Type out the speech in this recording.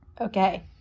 Okay